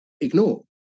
ignore